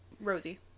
Rosie